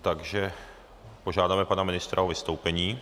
Takže požádáme pana ministra o vystoupení.